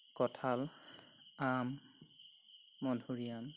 কঁঠাল আম মধুৰি আম